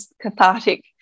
cathartic